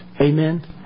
Amen